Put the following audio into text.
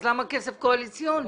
אז למה כסף קואליציוני?